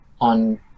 on